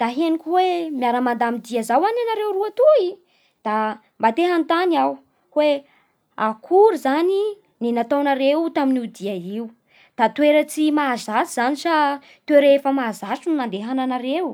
Da henoko hoe miara mandamy dia zao any anareo roa toy, da mba te hanontany aho hoe: akory zany ny nataonareo tamin'io dia io? Da toera tsy mahazatsy zany sa toera fa mahazatsy no nandehananareo?